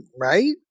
right